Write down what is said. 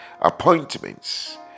appointments